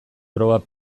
probak